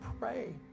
pray